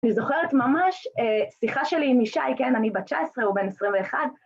אני זוכרת ממש, שיחה שלי עם ישי, כן? אני בת 19, הוא בן 21.